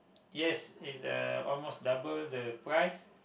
yes is uh almost double the price